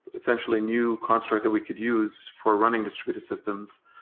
essentially new construct that we could use for running distributed systems.